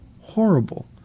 horrible